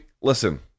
listen